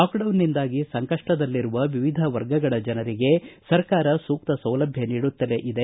lockdown ನಿಂದಾಗಿ ಸಂಕಪ್ಪದಲ್ಲಿರುವ ವಿವಿಧ ವರ್ಗಗಳ ಜನರಿಗೆ ಸರ್ಕಾರ ಸೂಕ್ತ ಸೌಲಭ್ಯ ನೀಡುತ್ತಲೇ ಇದೆ